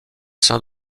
sein